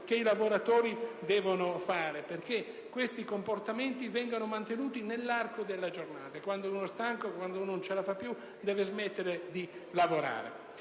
che i lavoratori devono avere perché certi comportamenti vengano mantenuti costanti nell'arco della giornata: quando uno è stanco e non ce la fa deve smettere di lavorare.